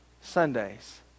Sundays